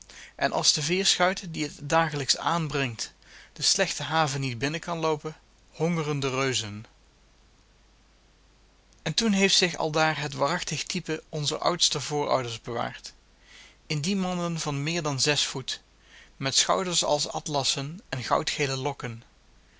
en als de veerschuit die het dagelijks aanbrengt de slechte haven niet binnen kan loopen hongeren de reuzen en toen heeft zich aldaar het waarachtig type onzer oudste voorouders bewaard in die mannen van meer dan zes voet met schouders als atlassen en goudgele lokken